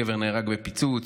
גבר נהרג בפיצוץ,